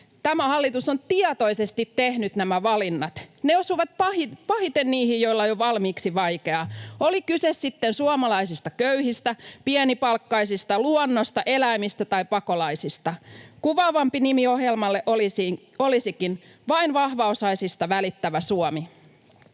Tämä hallitus on tietoisesti tehnyt nämä valinnat. Ne osuvat pahiten niihin, joilla on jo valmiiksi vaikeaa, oli kyse sitten suomalaisista köyhistä, pienipalkkaisista, luonnosta, eläimistä tai pakolaisista. Kuvaavampi nimi ohjelmalle olisikin ”Vain vahvaosaisista välittävä Suomi”.